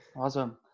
Awesome